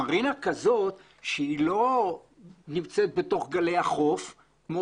מרינה כזאת שהיא לא נמצאת בתוך גלי החוף כמו